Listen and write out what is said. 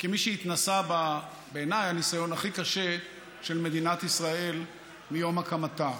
וכמי שהתנסה בעיניי בניסיון הכי קשה של מדינת ישראל מיום הקמתה.